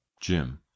Jim